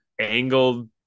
angled